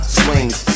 swings